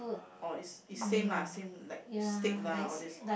or is is same lah same like steak lah all this